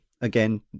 again